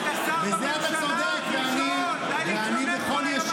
אני לא אענה לך.